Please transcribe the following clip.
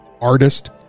artist